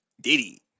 Diddy